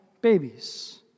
babies